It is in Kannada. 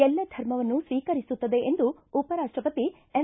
ಎಲ್ಲ ಧರ್ಮವನ್ನು ಸ್ವೀಕರಿಸುತ್ತದೆ ಎಂದು ಉಪರಾಷ್ಟಪತಿ ಎಂ